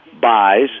buys